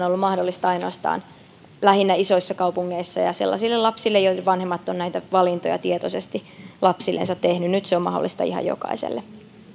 ollut mahdollista lähinnä ainoastaan isoissa kaupungeissa ja ja sellaisille lapsille joiden vanhemmat ovat näitä valintoja tietoisesti lapsillensa tehneet nyt se on mahdollista ihan jokaiselle